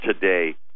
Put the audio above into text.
today